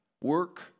Work